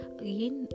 again